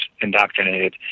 indoctrinated